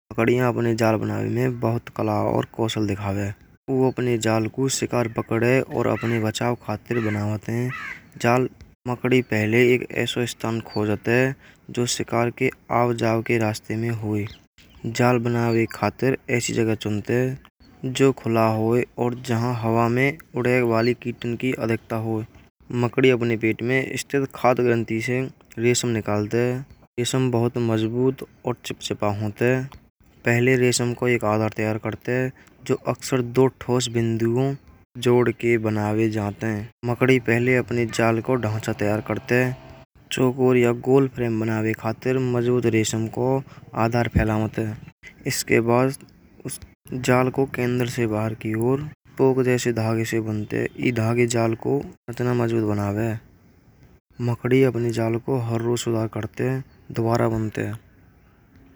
मकड़ियाँ अपनी जाल बनाने में बहुत कला और कौशल दिखावे। वह अपनी जाल को शिकार पकड़े और अपनी बचाओं खातिर बनावत हैं। जाल मकड़ी पहले एक ऐसा स्थान खोज जाते हैं। जो शिकार के आप जाओगे रास्ते में हुए जाल बनावे खातिर ऐसी जगह ढूंढते। जो खुला हुए और जहां हवा में उड़ने वाली कीटन की। अधिकतर मकड़ी अपने पेट में स्थित खाद ग्रंथि से निकालते हैं। बहुत मजबूत और चिपचिपा होते पहले रेशम को एक आधार तैयार करते हैं। अक्सर दो ठोस बिंदुओं को जोड़कर बना जाते हैं। मकड़ी पहले अपने जाल को ढांचा तैयार करते हैं। इसके खराब जाल को केंद्र से बाहर की ओर पोषक जैसे धागे से बुनते हैं। यह धागे जाल को इतना मजबूत बनाए। मकड़ी अपने जाल को हर रोज सुधार करती हैं। दोबारा बुनते होवत है।